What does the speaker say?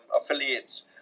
affiliates